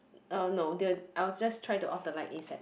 uh no they will I will just try to off the light asap